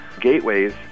gateways